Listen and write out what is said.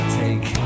take